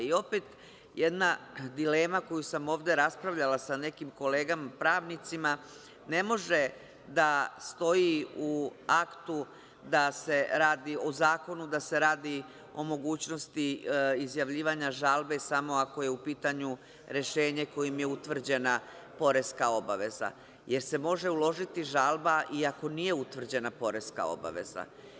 Opet jedna dilema, koju sam ovde raspravljala sa nekim kolegama pravnicima, ne može da stoji u zakonu da se radi o mogućnosti izjavljivanja žalbe samo ako je u pitanju rešenje kojim je utvrđena poreska obaveza, jer se može uložiti žalba i ako nije utvrđena poreska obaveza.